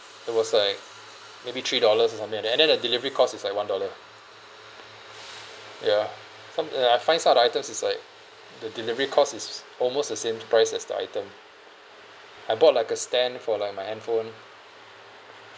it was like maybe three dollars or something like that and then the delivery cost it's like one dollar ya from a I find some of the items is like the delivery cost is almost the same price as the item I bought like a stand for like my handphone